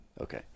okay